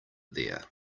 there